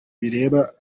bireba